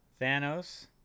Thanos